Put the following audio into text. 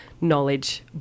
knowledge